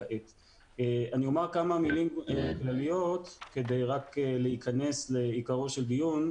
כמה מילים כלליות כדי רק להיכנס לעיקרו של דיון,